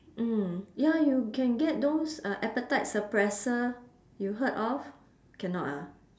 mm ya you can get those uh appetite suppressor you heard of cannot ah